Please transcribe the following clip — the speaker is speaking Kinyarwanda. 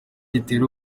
gitera